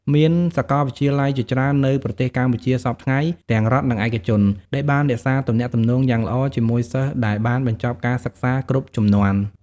មានសកលវិទ្យាល័យជាច្រើននៅប្រទេសកម្ពុជាសព្វថ្ងៃ ទាំងរដ្ឋ និងឯកជនដែលបានរក្សាទំនាក់ទំនងយ៉ាងល្អជាមួយសិស្សដែលបានបញ្ចប់ការសិក្សាគ្រប់ជំនាន់។